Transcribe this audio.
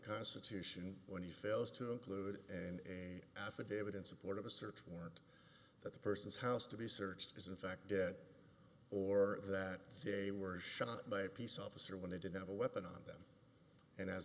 constitution when he fails to include an a affidavit in support of a search warrant that the person's house to be searched is in fact dead or that they were shot by a peace officer when they didn't have a weapon on them and as